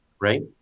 Right